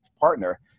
partner